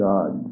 God